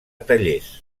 tallers